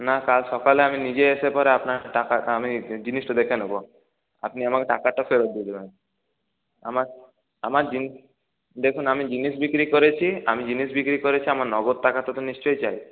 না কাল সকালে আমি নিজে এসে পরে আপনার টাকা আমি জিনিসটা দেখে নেব আপনি আমাকে টাকাটা ফেরত দিয়ে দেবেন আমার আমার জিনিস দেখুন আমি জিনিস বিক্রি করেছি আমি জিনিস বিক্রি করেছি আমার নগদ টাকাটা তো নিশ্চই চাই